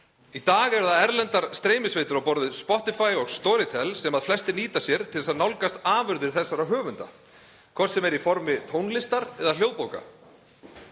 Í dag eru það erlendar streymisveitur á borð við Spotify og Storytel sem flestir nýta sér til að nálgast afurðir þessara höfunda, hvort sem er í formi tónlistar eða hljóðbóka.